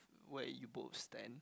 where you both stand